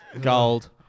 Gold